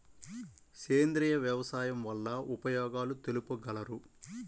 సేంద్రియ వ్యవసాయం వల్ల ఉపయోగాలు తెలుపగలరు?